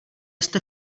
jste